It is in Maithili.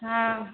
हँ